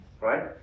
right